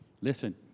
Listen